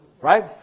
Right